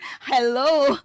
Hello